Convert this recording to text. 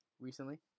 Recently